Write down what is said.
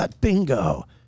Bingo